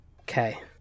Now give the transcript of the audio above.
Okay